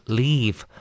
leave